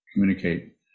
communicate